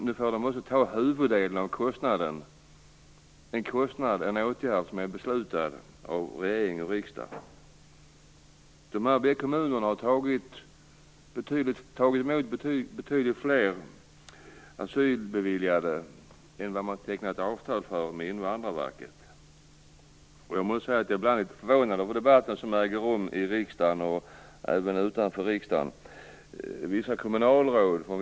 Nu måste de också ta huvuddelen av kostnaderna för en åtgärd som är beslutad av regering och riksdag. Dessa kommuner har tagit emot betydligt fler asylbeviljade än vad de tecknat avtal för med Invandrarverket. Debatten i riksdagen och även utanför riksdagen förvånar mig.